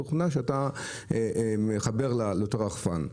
התוכנה שאתה מחבר לאותו רחפן,